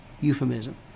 euphemism